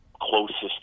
closest